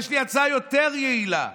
יש לי הצעה יותר יעילה: